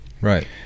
Right